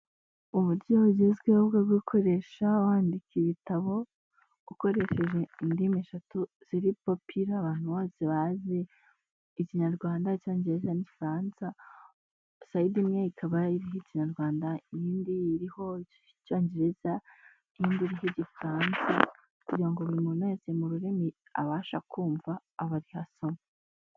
Uburyo bugezweho bwo gukoresha wandika ibitabo, ukoresheje indimi eshatu ziri popira, abantu bose bazi, Ikinyarwanda, Icyongereza, n'Igifaransa, side imwe ikaba iriho Ikinyarwanda, iyindi iriho Icyongereza n'indi iriho Igifaransa, kugira ngo buri muntu wese, mu rurimi abasha kumva, abe ariho asoma.